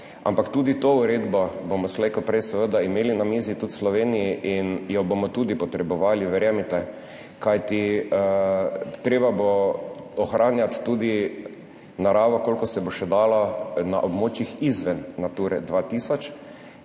ampak tudi to uredbo bomo slej ko prej seveda imeli na mizi tudi v Sloveniji in jo bomo tudi potrebovali, verjemite, kajti treba bo ohranjati tudi naravo, kolikor se bo še dalo na območjih izven Nature 2000,